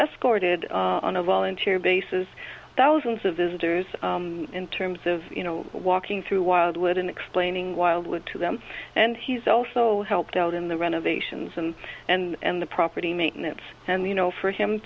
escorted on a volunteer basis thousands of visitors in terms of you know walking through wildwood and explaining wildwood to them and he's also helped out in the renovations and and the property maintenance and you know for him